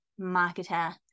marketer